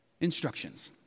instructions